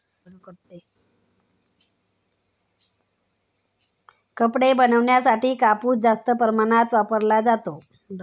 कपडे बनवण्यासाठी कापूस जास्त प्रमाणात वापरला जातो